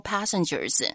Passengers